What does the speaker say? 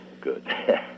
good